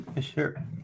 Sure